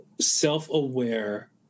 self-aware